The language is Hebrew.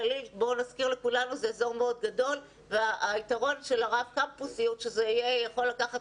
הגליל הוא אזור מאוד גדול והיתרון של רב קמפוסיות זה יכול לקחת